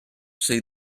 save